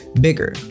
bigger